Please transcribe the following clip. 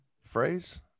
phrase